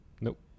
Nope